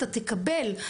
אתה תקבל,